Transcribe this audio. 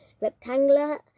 Rectangular